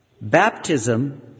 baptism